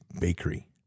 Bakery